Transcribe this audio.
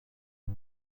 más